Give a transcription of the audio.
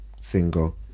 single